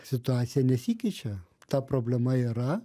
situacija nesikeičia ta problema yra